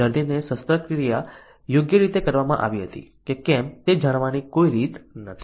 દર્દીને શસ્ત્રક્રિયા યોગ્ય રીતે કરવામાં આવી હતી કે કેમ તે જાણવાની કોઈ રીત નથી